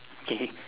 K